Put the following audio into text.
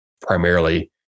primarily